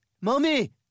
Mommy